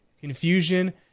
confusion